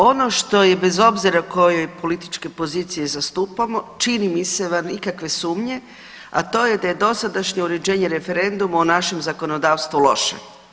Ono što je bez obzira koje političke pozicije postupamo čini mi se van ikakve sumnje, a to je da je dosadašnje uređenje referenduma u našem zakonodavstvu loše.